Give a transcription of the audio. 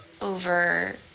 over